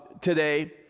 today